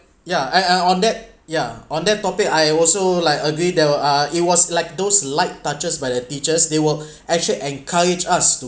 yeah I I on that yeah on that topic I also like agree there were uh it was like those light touches by the teachers they were actually encouraged us to